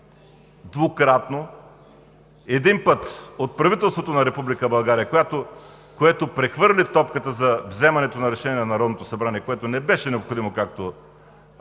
двукратно – един път от правителството на Република България, което прехвърли топката за вземането на Решение на Народното събрание, което не беше необходимо, както